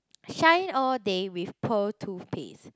shine all day with pearl toothpaste